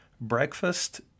breakfast